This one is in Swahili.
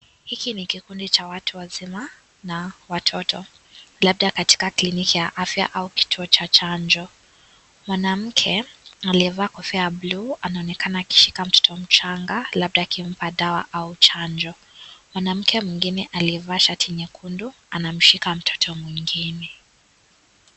Hiki ni kikundi cha watu wazima na watoto labda katika kliniki ya afya au kituo cha chanjo, mwanamke aliyevaa kofia ya bulu anaonekana akishika mtoto mchanga labda akimpa dawa au chanjo, mwanamke mwingine aliyevaa shati nyekundu anamshika mtoto mwingine.